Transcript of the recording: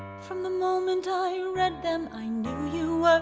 from the moment i read them i knew you were